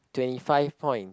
twenty five point